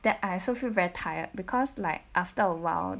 that I also feel very tired because like after a while